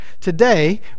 Today